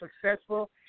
successful